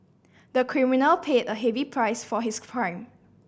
the criminal paid a heavy price for his crime